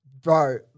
bro